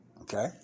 Okay